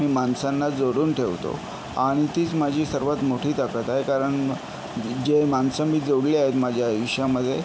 मी माणसांना जोडून ठेवतो आणि तीच माझी सर्वात मोठी ताकद आहे कारण जे माणसं मी जोडली आहेत माझ्या आयुष्यामध्ये